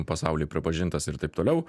pasauly pripažintas ir taip toliau